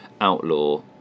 outlaw